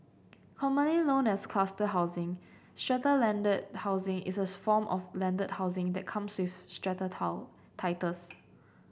commonly known as cluster housing strata landed housing is as form of landed housing that comes with strata how titles